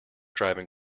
driving